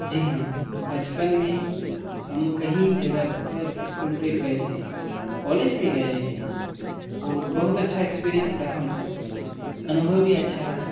जी हाँ बचपन में हम कई जगह पर स्कूल ट्रिप गए थे कॉलेज में गए हैं और बहुत अच्छा एक्सपीरियंस रहा हमारा अनुभव भी अच्छा रहा